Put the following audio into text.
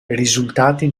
risultati